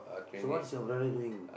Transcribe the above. so what is your brother doing